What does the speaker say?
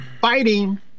fighting